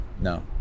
No